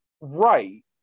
right